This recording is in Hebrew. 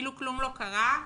כאילו כלום לא קרה,